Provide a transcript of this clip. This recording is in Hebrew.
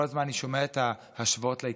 כל הזמן אני שומע את ההשוואות להתנתקות.